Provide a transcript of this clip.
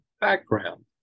background